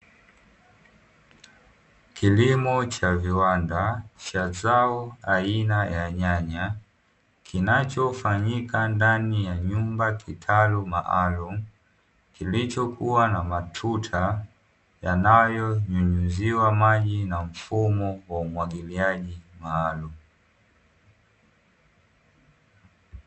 Kilimo cha viwanda cha zao aina ya nyanya, kinachofanyika ndani ya nyumba kitalu maalumu, kilichokuwa na matuta yanayonyunyuziwa maji na mfumo wa umwagiliaji maalumu.